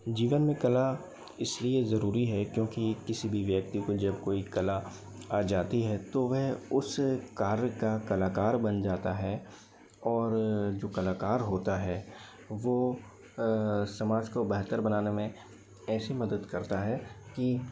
जीवन में कला इसलिए ज़रूरी है क्योंकि किसी भी व्यक्ति को जब कोई कला आ जाती है तो वह उस कार्य का कलाकार बन जाता है और जो कलाकार होता है वो समाज को बेहतर बनाने में ऐसी मदद करता है कि